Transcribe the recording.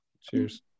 Cheers